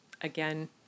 again